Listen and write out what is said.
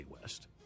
West